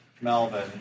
Melvin